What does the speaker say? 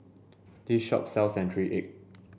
this shop sells century egg